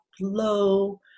low